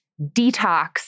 detox